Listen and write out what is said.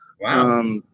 Wow